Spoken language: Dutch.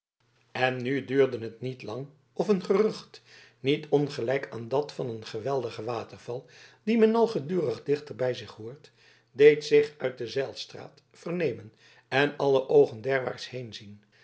en nu duurde het niet lang of een gerucht niet ongelijk aan dat van een geweldigen waterval dien men al gedurig dichter bij zich hoort deed zich uit de zijlstraat vernemen en alle oogen